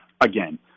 again